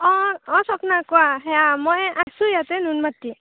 অঁ অঁ অঁ স্বপ্না কোৱা সেইয়া মই আছোঁ ইয়াতে নুনমাটি